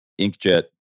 inkjet